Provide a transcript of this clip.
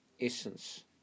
essence